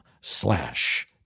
slash